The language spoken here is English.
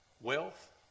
wealth